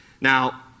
Now